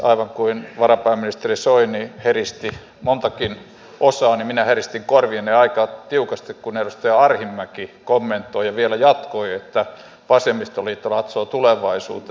aivan niin kuin varapääministeri soini heristi montakin osaa niin minä heristin korviani aika tiukasti kun edustaja arhinmäki kommentoi ja vielä jatkoi että vasemmistoliitto katsoo tulevaisuuteen